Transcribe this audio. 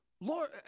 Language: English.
Lord